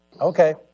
Okay